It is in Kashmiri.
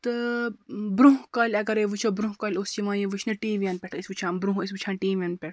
تہٕ برونٛہہ کالہِ اگرَے وٕچھو برونٛہہ کالہِ اوس یِوان یہِ وٕچھنہٕ ٹی وی یَن پٮ۪ٹھ ٲسۍ وٕچھان برۄنٛہہ ٲسۍ وٕچھان ٹی وی ین پٮ۪ٹھ